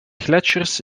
gletsjers